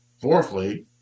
Fourthly